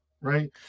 right